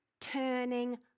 turning